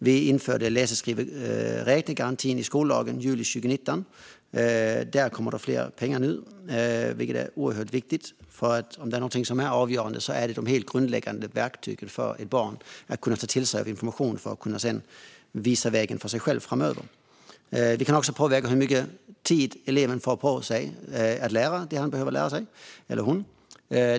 Vi införde läsa-skriva-räkna-garantin i skollagen i juli 2019. Där tillförs nu mer pengar, vilket är oerhört viktigt. Något som är helt avgörande är de grundläggande verktygen för ett barn att ta till sig information för att sedan kunna visa vägen för sig själv framöver. Vi kan också påverka hur mycket tid eleven får för att lära sig det han eller hon behöver lära sig.